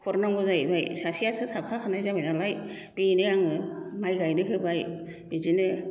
हरनांगौ जाहैबाय सासेयासो थाफाखानाय जाबाय नालाय बेनो आङो माइ गायनो होबाय बिदिनो